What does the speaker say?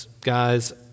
guys